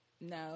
No